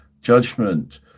judgment